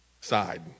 side